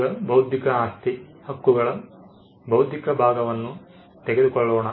ಈಗ ಬೌದ್ಧಿಕ ಆಸ್ತಿ ಹಕ್ಕುಗಳ ಬೌದ್ಧಿಕ ಭಾಗವನ್ನು ತೆಗೆದುಕೊಳ್ಳೋಣ